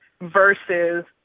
versus